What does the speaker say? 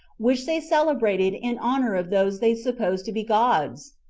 which they celebrated in honor of those they suppose to be gods?